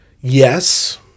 yes